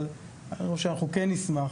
אבל אני חושב שאנחנו נשמח,